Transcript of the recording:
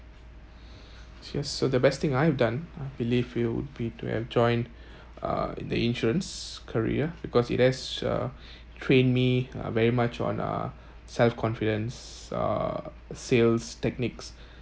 just so the best thing I've done I believe it would be to have joined uh the insurance career because it has uh train me uh very much on uh self confidence uh sales techniques